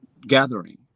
gathering